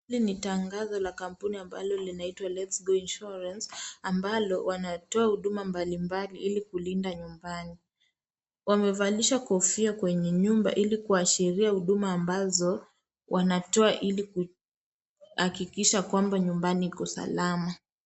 Hili ni tangazo la kampuni ambalo linaitwa LetsGo insurance ambalo wanatoa huduma mbalimbali ili kulinda nyumbani. Wamevalisha kofia kwenye nyumba iki kuashiria huduma ambazo wanatoa ili kuhakikisha kwamba nyumbani iko salama.